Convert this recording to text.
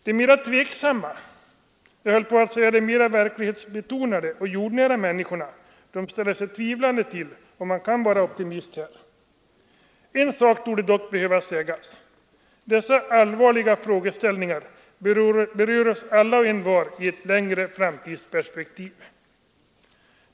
De mera tveksamma — jag höll på att säga de mera verklighetsbetonade och jordnära människorna — ställer sig tvivlande. En sak torde dock behöva sägas: Dessa allvarliga frågeställningar berör oss alla och envar i ett längre framtidsperspektiv.